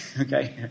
okay